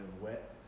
wet